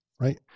right